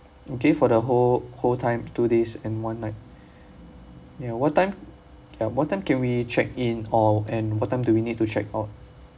okay for the whole whole time two days and one night ya what time at what time can we check in all and what time do we need to check out